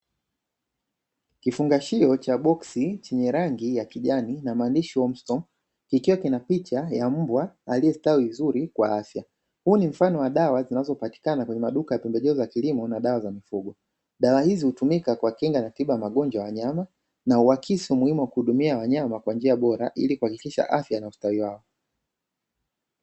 Kifungashio cha boksi chenye rangi ya kijani na maandishi wamstom, kikiwa kina picha ya Mbwa aliyestawi vizuri kwa afya, huu ni mfano wa dawa zinazopatikana kwenye maduka ya pembejeo za kilimo na dawa za mifugo, dawa hizi hutumika kwa kinga na tiba ya magonjwa ya wanyama, na huakisi umuhimu wa kuhudumia wanyama kwa njia bora ili kuhakikisha afya na ustawi wao.